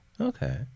Okay